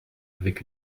avec